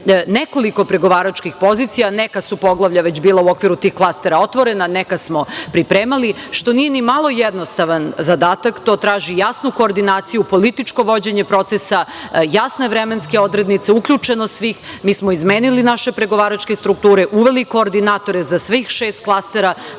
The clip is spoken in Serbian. nekoliko pregovaračkih pozicija. Neka su poglavlja već bila u okviru tih klastera otvorena, neka smo pripremali, što nije ni malo jednostavan zadatak, to traži jasnu koordinaciju, političko vođenje procesa, jasne vremenske odrednice, uključenost svih. Mi smo izmenili naše pregovaračke strukture, uveli koordinatore za svih šest klastera,